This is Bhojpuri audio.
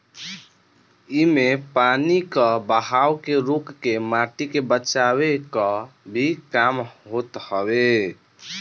इमे पानी कअ बहाव के रोक के माटी के बचावे कअ भी काम होत हवे